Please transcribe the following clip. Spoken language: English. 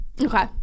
Okay